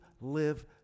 live